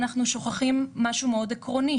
אנחנו שוכחים משהו מאוד עקרוני,